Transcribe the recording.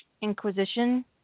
Inquisition